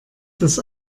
dass